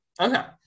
Okay